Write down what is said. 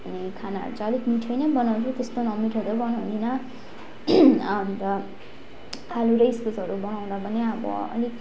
खानाहरू चाहिँ अलिक मिठै नै बनाउँछु त्यस्तो नमिठो चाहिँ बनाउदिनँ अन्त आलु र इस्कूसहरू बनाउँदा पनि आबो अलिक